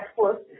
first